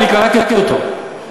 אני קראתי אותו,